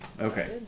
Okay